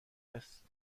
است